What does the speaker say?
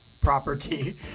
property